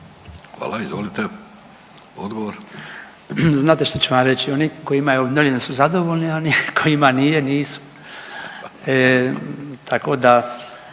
Branko (HDZ)** Znate šta ću vam reći oni koji imaju obnovljeni su zadovoljni, a oni kojima nije nisu, tako da